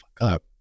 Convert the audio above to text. up